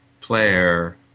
player